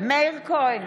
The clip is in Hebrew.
מאיר כהן,